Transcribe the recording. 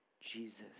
Jesus